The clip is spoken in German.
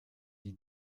die